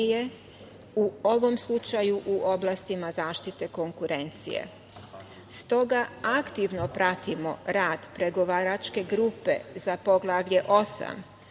u ovom slučaju u oblastima zaštite konkurencije. Stoga aktivno pratimo rad pregovaračke grupe za Poglavlje 8.